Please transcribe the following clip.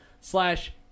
slash